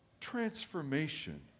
transformation